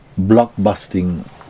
blockbusting